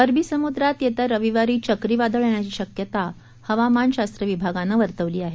अरबी समुद्रात येत्या रविवारी चक्रीवादळ येण्याची शक्यता हवामान शास्त्र विभागानं वर्तवली आहे